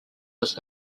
was